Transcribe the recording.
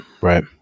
right